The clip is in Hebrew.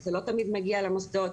זה לא תמיד מגיע למוסדות.